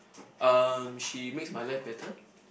um she makes my life better